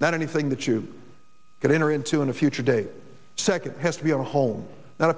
not anything that you could enter into in a future date second has to be a home not